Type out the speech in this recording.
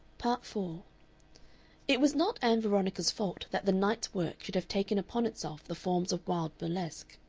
part four it was not ann veronica's fault that the night's work should have taken upon itself the forms of wild burlesque.